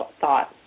thought